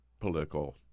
political